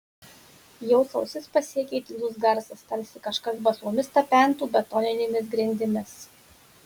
jos ausis pasiekė tylus garsas tarsi kažkas basomis tapentų betoninėmis grindimis